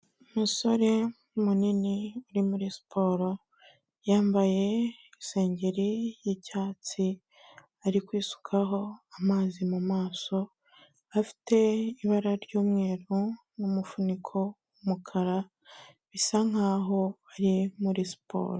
Umusore munini uri muri siporo yambaye isengeri y'icyatsi, ari kwisukaho amazi mu maso, afite ibara ry'umweru n'umufuniko w'umukara, bisa nkaho ari muri siporo.